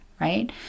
right